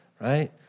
right